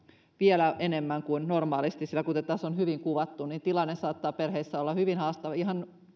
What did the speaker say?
vielä enemmän kuin normaalisti sillä kuten tässä on hyvin kuvattu niin tilanne saattaa perheissä olla hyvin haastava ihan